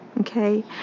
okay